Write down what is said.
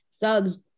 thugs